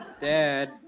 Dad